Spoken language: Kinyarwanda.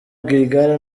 rwigara